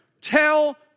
Tell